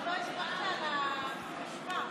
אתה לא הסברת על, חברים,